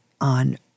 on